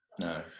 No